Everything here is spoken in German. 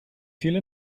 viele